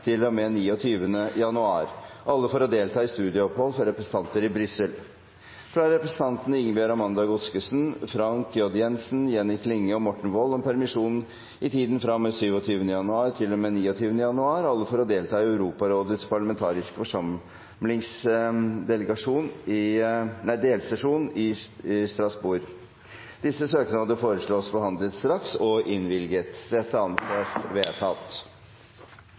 med 27. januar til og med 29. januar – alle for å delta i studieopphold for representanter i Brussel fra representantene Ingebjørg Amanda Godskesen, Frank J. Jenssen, Jenny Klinge og Morten Wold om permisjon i tiden fra og med 27. januar til og med 29. januar – alle for å delta i Europarådets parlamentariske forsamlings delsesjon i Strasbourg Etter forslag fra presidenten ble enstemmig besluttet: Søknadene behandles straks og